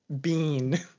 bean